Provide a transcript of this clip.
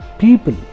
People